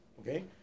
okay